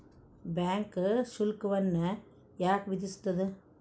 Bank ಶುಲ್ಕವನ್ನ ಯಾಕ್ ವಿಧಿಸ್ಸ್ತದ?